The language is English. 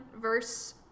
verse